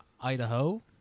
Idaho